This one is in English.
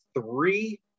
three